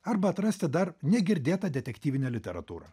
arba atrasti dar negirdėtą detektyvinę literatūrą